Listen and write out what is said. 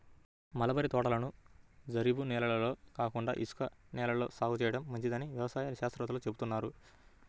mulberry తోటలను జరీబు నేలల్లో కాకుండా ఇసుక నేలల్లో సాగు చేయడం మంచిదని వ్యవసాయ శాస్త్రవేత్తలు చెబుతున్నారు